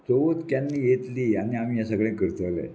चवथ केन्ना येतली आनी आमी हें सगळें करतलें